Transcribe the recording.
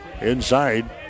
inside